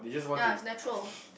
ya it's natural